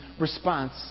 response